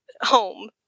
home